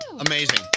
Amazing